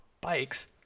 bikes